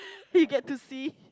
so you get to see